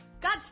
god